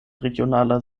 regionaler